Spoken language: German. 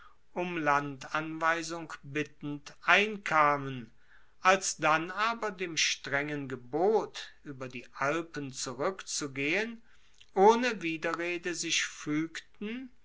um landanweisung bittend einkamen alsdann aber dem strengen gebot ueber die alpen zurueckzugehen ohne widerrede sich fuegten